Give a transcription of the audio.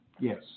Yes